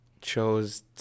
chose